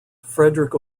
frederick